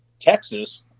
Texas